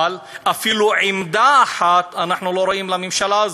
אלא אפילו עמדה אחת אנחנו לא רואים, לממשלה הזאת.